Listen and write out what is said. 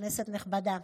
כנסת נכבדה,